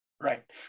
Right